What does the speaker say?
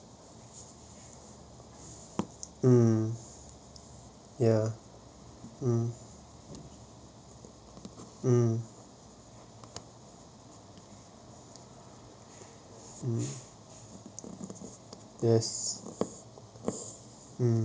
mm ya mm mm mm yes uh